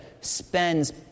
spends